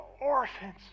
orphans